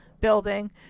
building